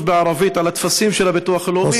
בערבית על הטפסים של הביטוח הלאומי,